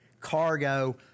cargo